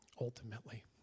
ultimately